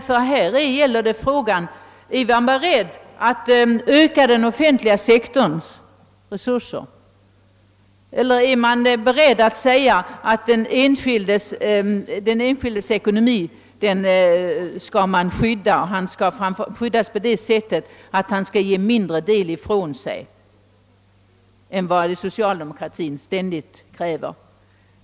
Ty här gäller frågan: Skall man öka den offentliga sektorns resurser eller anse, att den enskildes ekonomi skall skyddas på det sättet att han skall ge mindre del ifrån sig till det allmänna än vad socialdemokratin ständigt kräver?